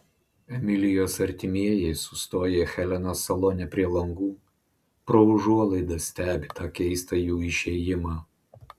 emilijos artimieji sustoję helenos salone prie langų pro užuolaidas stebi tą keistą jų išėjimą